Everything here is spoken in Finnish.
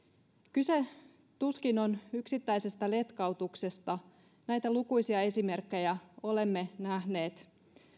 kyse tuskin on yksittäisestä letkautuksesta näitä lukuisia esimerkkejä olemme nähneet